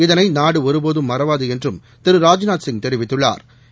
இதனை நாடு ஒருபோதும் மறவாது என்றும் திரு ராஜ்நாத் சிங் தெரிவித்துள்ளாா்